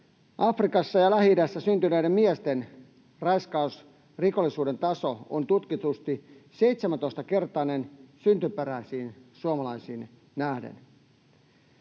”Afrikassa ja Lähi-idässä syntyneiden miesten raiskausrikollisuuden taso on tutkitusti 17-kertainen syntyperäisiin suomalaisiin nähden”